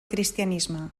cristianisme